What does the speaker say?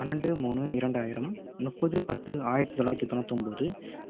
பன்னெண்டு மூணு இரண்டாயிரம் முப்பது பத்து ஆயிரத்தி தொள்ளாயிரத்தி தொண்ணூத்தொன்போது